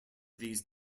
these